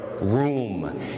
room